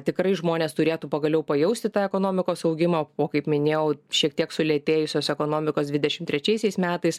tikrai žmonės turėtų pagaliau pajausti tą ekonomikos augimo po kaip minėjau šiek tiek sulėtėjusios ekonomikos dvidešimt trečiaisiais metais